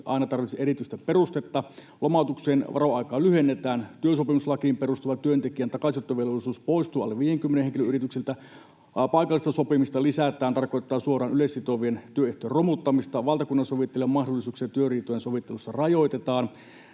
aina tarvitse erityistä perustetta, lomautuksen varoaikaa lyhennetään, työsopimuslakiin perustuva työntekijän takaisinottovelvollisuus poistuu alle 50 henkilön yrityksiltä, paikallista sopimista lisätään, mikä tarkoittaa suoraan yleissitovien työehtojen romuttamista, valtakunnansovittelijan mahdollisuuksia työriitojen sovittelussa rajoitetaan,